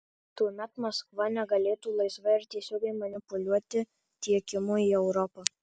tuomet maskva negalėtų laisvai ir tiesiogiai manipuliuoti tiekimu į europą